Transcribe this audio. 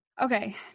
okay